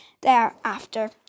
thereafter